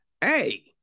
Hey